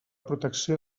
protecció